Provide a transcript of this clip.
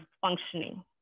functioning